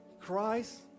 Christ